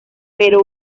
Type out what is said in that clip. pero